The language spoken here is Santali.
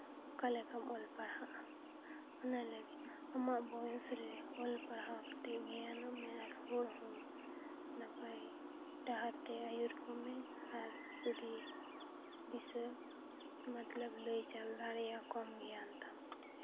ᱚᱠᱟ ᱞᱮᱠᱟᱢ ᱚᱞ ᱯᱟᱲᱦᱟᱜᱼᱟ ᱚᱱᱟ ᱞᱟᱹᱜᱤᱫ ᱟᱢᱟᱜ ᱵᱚᱭᱮᱥ ᱨᱮ ᱚᱞ ᱯᱟᱲᱦᱟᱣ ᱠᱟᱛᱮᱫ ᱜᱮᱭᱟᱱᱚᱜ ᱢᱮ ᱟᱨ ᱦᱚᱲ ᱦᱚᱸ ᱱᱟᱯᱟᱭ ᱰᱟᱦᱟᱨ ᱛᱮ ᱟᱹᱭᱩᱨ ᱠᱚᱢᱮ ᱟᱨ ᱡᱩᱫᱤ ᱫᱤᱥᱟᱹ ᱢᱚᱛᱞᱚᱵ ᱞᱟᱹᱭ ᱪᱟᱞ ᱫᱟᱲᱮᱭᱟᱠᱚᱣᱟᱢ ᱜᱮᱭᱟᱱ ᱛᱟᱢ